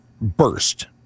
burst